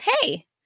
Hey